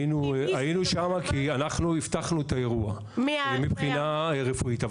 היינו שם כי אנחנו אבטחנו את האירוע מבחינה רפואית.